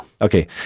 Okay